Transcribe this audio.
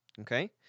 Okay